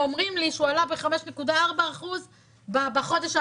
אומרים לי שהוא עלה ב-5.4% בחודש האחרון.